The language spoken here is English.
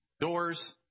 doors